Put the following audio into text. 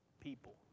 people